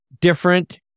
different